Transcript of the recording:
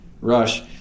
rush